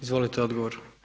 Izvolite odgovor.